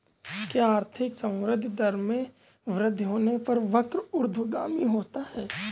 क्या आर्थिक संवृद्धि दर में वृद्धि होने पर वक्र ऊर्ध्वगामी होता है?